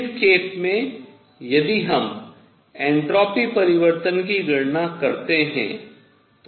इस केस में यदि हम एन्ट्रापी परिवर्तन की गणना करते हैं